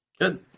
Good